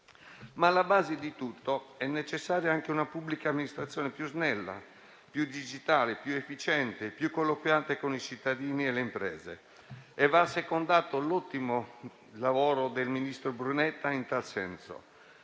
Alla base di tutto è però necessaria anche una pubblica amministrazione più snella, più digitale, più efficiente, più colloquiante con i cittadini e le imprese. E va assecondato l'ottimo lavoro del ministro Brunetta in tal senso.